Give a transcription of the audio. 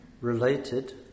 related